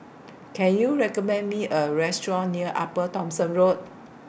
Can YOU recommend Me A Restaurant near Upper Thomson Road